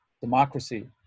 democracy